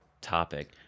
topic